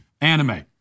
anime